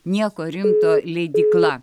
nieko rimto leidykla